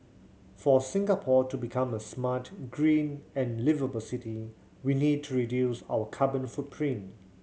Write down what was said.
for Singapore to become a smart green and liveable city we need to reduce our carbon footprint